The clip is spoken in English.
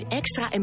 extra